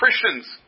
Christians